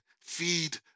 feed